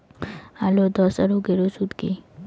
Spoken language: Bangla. আলুর ধসা রোগের ওষুধ কি?